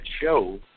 show